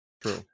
true